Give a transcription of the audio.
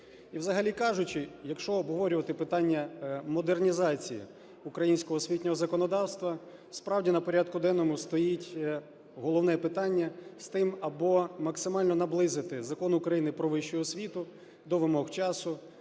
І взагалі кажучи, якщо обговорювати питання модернізації українського освітнього законодавства, справді на порядку денному стоїть головне питання з тим, або максимально наблизити Закон України "Про вищу освіту" до вимог часу,